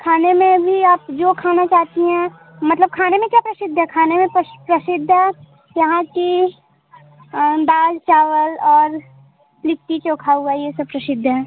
खाने में भी आप जो खाना चाहती हैं मतलब खाने में क्या प्रसिद्ध है खाने में प्रसिद्ध है यहाँ की दाल चावल और लिट्टी चोखा हुआ यह सब प्रसिद्ध है